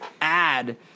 add